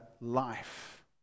life